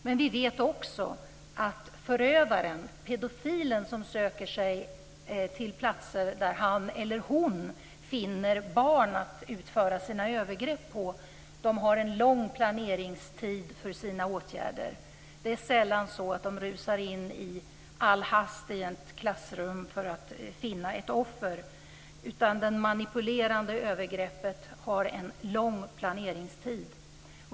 Men vi vet också att förövaren, pedofilen som söker sig till platser där han eller hon finner barn att utföra sina övergrepp på, har en lång planeringstid för sina åtgärder. Det är sällan så att de rusar in i all hast i ett klassrum för att finna ett offer, utan det manipulerande övergreppet föregås av en lång planeringstid.